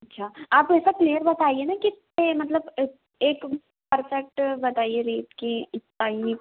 अच्छा आप ऐसा क्लियर बताइए न कितने मतलब एक परफेक्ट बताइए रेट कि इतना ही